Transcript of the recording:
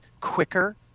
quicker